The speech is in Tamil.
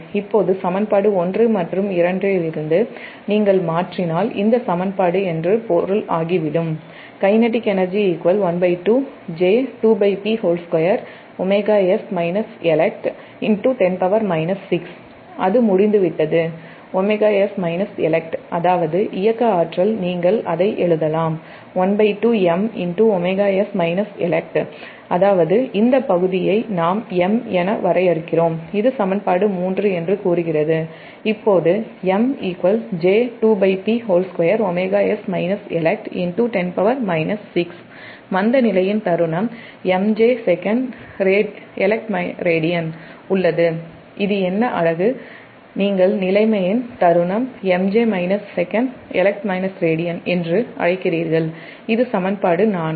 இப்போது சமன்பாடு 1 மற்றும் 2 இலிருந்து நீங்கள் மாற்றினால் இந்த சமன்பாடு என்று பொருள் ஆகிவிடும் அது முடிந்துவிட்டது அதாவது இயக்க ஆற்றல் நீங்கள் அதை எழுதலாம் அதாவது இந்த பகுதியை நாம் M என வரையறுக்கிறோம் இது சமன்பாடு 3 என்று கூறுகிறது இப்போது மந்தநிலையின் தருணம் MJ sec elect radian உள்ளது இது என்ன அலகு நீங்கள் நிலைமையின் தருணம் MJ sec elect radian என்று அழைக்கிறீர்கள் இது சமன்பாடு 4